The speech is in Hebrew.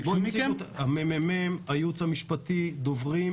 הממ"מ, הייעוץ המשפטי, דוברים